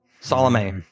Salome